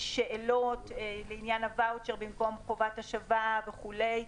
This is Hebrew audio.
שאלות בעניין הוואוצ'ר במקום חובת השבה וכו'.